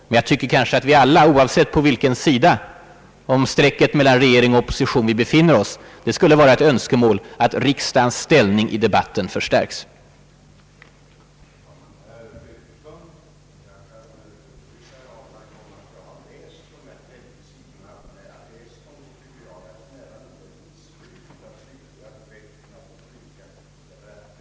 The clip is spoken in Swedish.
Men jag tycker att det för oss alla, oavsett på vilken sida om strecket mellan regering och opposition som vi befinner oss, skulle vara en fördel att riksdagens ställning i den allmänna debatten blev starkare än nu.